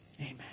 Amen